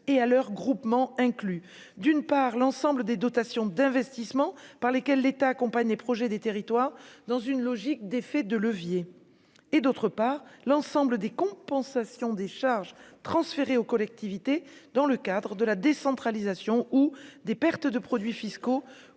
et à leurs groupements inclus, d'une part, l'ensemble des dotations d'investissement par lesquels l'État accompagne les projets des territoires dans une logique d'effets de leviers et, d'autre part, l'ensemble des compensations des charges transférées aux collectivités dans le cadre de la décentralisation ou des pertes de produits fiscaux